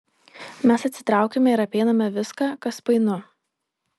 mes atsitraukiame ir apeiname viską kas painu